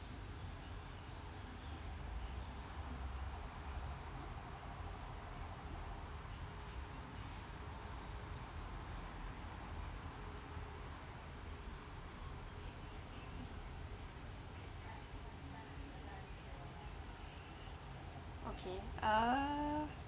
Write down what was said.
okay uh